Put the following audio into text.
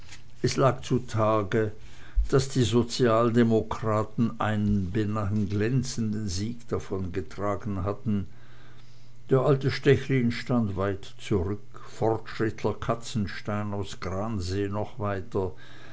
es lag zutage daß die sozialdemokraten einen beinahe glänzenden sieg davongetragen hatten der alte stechlin stand weit zurück fortschrittler katzenstein aus gransee noch weiter